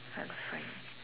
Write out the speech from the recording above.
Art Friend